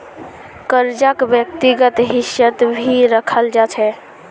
कर्जाक व्यक्तिगत हिस्सात भी रखाल जा छे